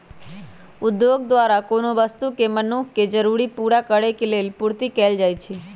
उद्योग द्वारा कोनो वस्तु के मनुख के जरूरी पूरा करेलेल पूर्ति कएल जाइछइ